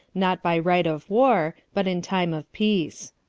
not by right of war, but in time of peace.